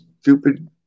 stupid